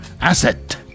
asset